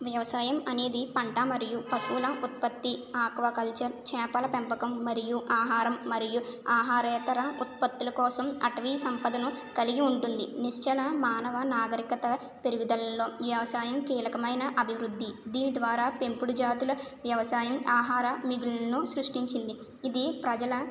వ్యవసాయం అనేది పంట మరియు పశువుల ఉత్పత్తి ఆక్వా కల్చర్ చేపల పెంపకం మరియు ఆహారం మరియు ఆహరయేతర ఉత్పత్తుల కోసం అటవీ సంపదను కలిగి ఉంటుంది నిశ్చల మానవ నాగరికత పెరుగుదలలో వ్యవసాయం కీలకమైన అభివృద్ధి దీని ద్వారా పెంపుడు జాతుల వ్యవసాయం ఆహార మిల్ను సృష్టించింది ఇది ప్రజల